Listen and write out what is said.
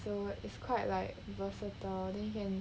so is quite like versatile then you can